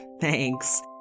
Thanks